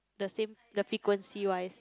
the same the frequency wise